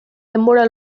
denbora